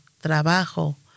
trabajo